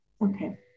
Okay